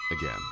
again